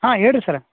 ಹಾಂ ಹೇಳ್ರಿ ಸರ